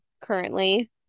currently